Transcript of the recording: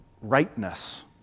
rightness